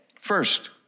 First